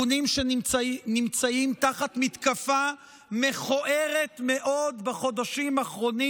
ארגונים שנמצאים תחת מתקפה מכוערת מאוד בחודשים האחרונים.